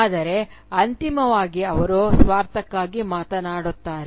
ಆದರೆ ಅಂತಿಮವಾಗಿ ಅವರು ತಮ್ಮ ಸ್ವಾರ್ಥಕ್ಕಾಗಿ ಮಾತನಾಡುತ್ತಾರೆ